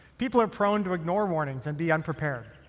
people are prone to ignore warnings and be unprepared.